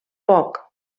poc